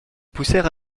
poussèrent